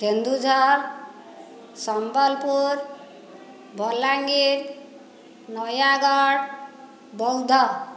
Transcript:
Keonjhar Sambalpur Balangir Nayagarh Boudh